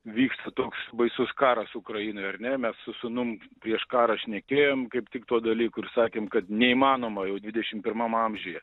vyksta toks baisus karas ukrainoj ar ne mes su sūnum prieš karą šnekėjom kaip tik tuo dalyku ir sakėm kad neįmanoma jau dvidešim pirmam amžiuje